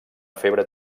febre